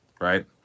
right